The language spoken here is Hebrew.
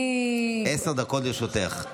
עשר דקות לרשותך.